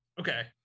Okay